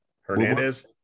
Hernandez